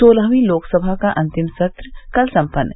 सोलहवीं लोकसभा का अंतिम सत्र कल सम्पन्न